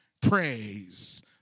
Praise